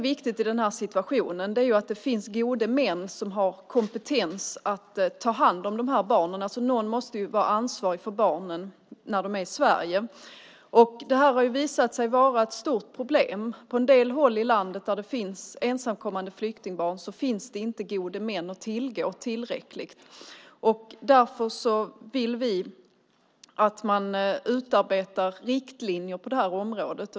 Viktigt i en sådan situation är att det finns gode män som har kompetens att ta hand om dessa barn. Någon måste vara ansvarig för barnen när de är i Sverige. Detta har visat sig vara ett stort problem. På en del håll i landet där det finns ensamkommande flyktingbarn finns inte tillräckligt med gode män att tillgå. Därför vill vi att man utarbetar riktlinjer på det området.